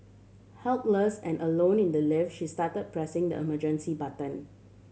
helpless and alone in the lift she start pressing the emergency button